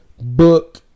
Book